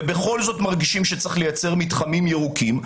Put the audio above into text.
ובכל זאת מרגישים שצריך לייצר מתחמים ירוקים,